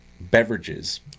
beverages